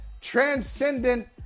transcendent